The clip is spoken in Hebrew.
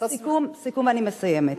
סיכום ואני מסיימת.